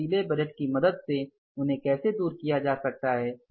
और लचीले बजट की मदद से उन्हें कैसे दूर किया जा सकता है